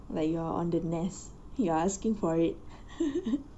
like you're on the nest you are asking for it